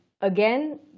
Again